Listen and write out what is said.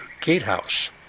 gatehouse